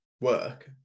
work